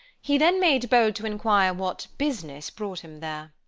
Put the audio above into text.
he then made bold to inquire what business brought him there.